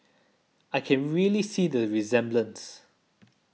I can really see the resemblance